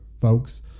folks